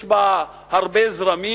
יש בה הרבה זרמים,